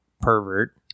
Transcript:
pervert